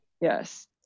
Yes